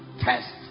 Test